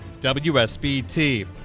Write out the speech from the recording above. WSBT